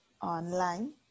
online